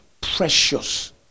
precious